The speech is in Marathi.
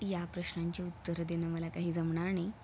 या प्रश्नांची उत्तरं देणं मला काही जमणार नाही